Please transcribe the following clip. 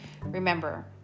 Remember